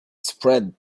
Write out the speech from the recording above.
spread